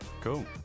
Cool